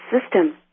system